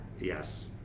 yes